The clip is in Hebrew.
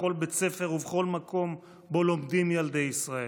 בכל בית ספר ובכל מקום שבו לומדים ילדי ישראל.